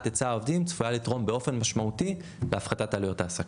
היצע העובדים עשויה לגרום באופן משמעותי להפחתת עלויות ההעסקה.